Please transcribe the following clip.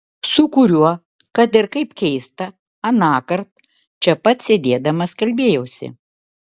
su kuriuo kad ir kaip keista anąkart čia pat sėdėdamas kalbėjausi